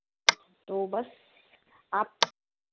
तो बस आप